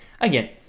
again